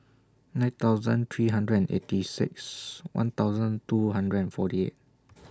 nine thousand three hundred and eight six one thousand two hundred and forty eight